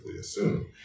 assume